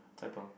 Cai-Peng